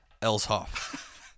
Elshoff